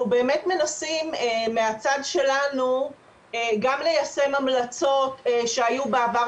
אנחנו באמת מנסים מהצד שלנו גם ליישם המלצות שהיו בעבר